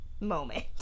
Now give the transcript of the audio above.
moment